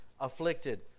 afflicted